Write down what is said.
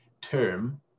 term